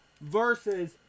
versus